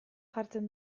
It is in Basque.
jartzen